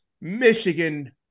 Michigan